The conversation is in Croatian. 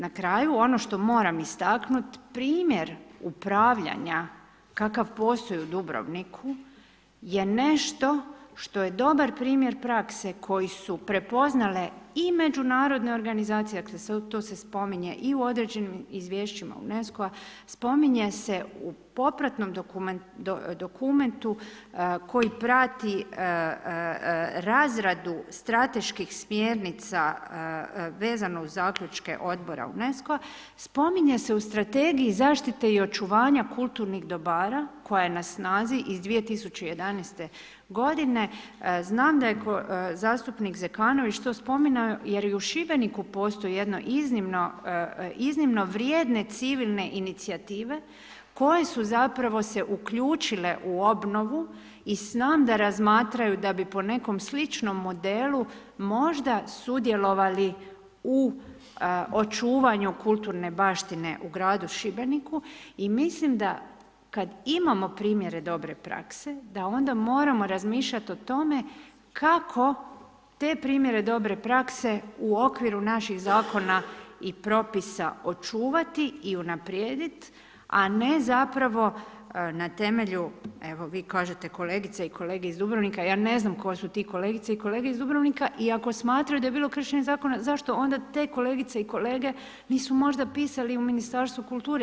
Na kraju ono što moram istaknuti, primjer upravljanja, kakav postoji u Dubrovniku, je nešto što je dobar primjer prakse, koju su prepoznali i međunarodne organizacije, a to se spominje i u određenim izvješćima UNESCO-a, spominje se u popravnom dokumentu, koji prati razradu strateških smjernica, vezano uz zaključke odbora UNESCO-a, spominje se uz strategije zaštite i očuvanja kulturnih dobara, koja je na snazi iz 2011. g. znam da je zastupnik Zekanović to spominjao, jer i u Šibeniku, postoji jedno iznimno vrijedne civilne inicijative, koje su zapravo se uključile u obnovu i znam da razmatraju, da bi po nekom slučnom modelu možda sudjelovali u očuvanju kulturne baštine u gradu Šibeniku i mislim da kada imamo primjere dobre prakse, da onda moramo razmišljati o tome, kako te primjere dobre prakse u okviru naših zakona i propisa očuvati i unaprijediti, a ne zapravo, na temelju, evo vi kažete kolegice i kolege iz Dubrovnika, ja ne znam, tko su te kolegice i kolege iz Dubrovnika, i ako smatraju da je bilo kršenje zakona, zašto onda te kolegice i kolege, nisu možda pisali Ministarstvu kulture.